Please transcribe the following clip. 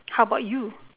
how about you